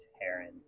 heron